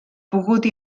pogut